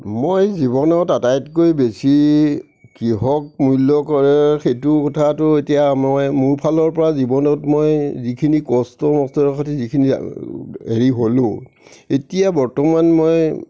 মই জীৱনত আটাইতকৈ বেছি কিহক মূল্য কৰে সেইটো কথাটো এতিয়া মই মোৰ ফালৰপৰা জীৱনত মই যিখিনি কষ্ট মষ্টৰে সৈতে যিখিনি হেৰি হ'লোঁ এতিয়া বৰ্তমান মই